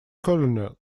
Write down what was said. colonel